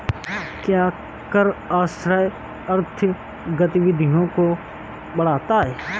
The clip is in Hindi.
क्या कर आश्रय आर्थिक गतिविधियों को बढ़ाता है?